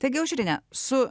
taigi aušrine su